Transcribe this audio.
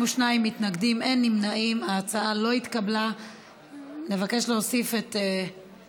ההצעה להעביר לוועדה את הצעת